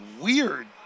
weird